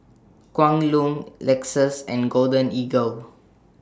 Kwan Loong Lexus and Golden Eagle